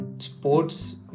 sports